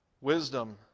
Wisdom